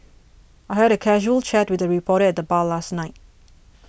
I had a casual chat with a reporter at the bar last night